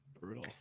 Brutal